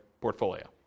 portfolio